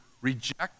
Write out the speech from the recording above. reject